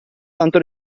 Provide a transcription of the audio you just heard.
tanto